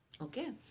Okay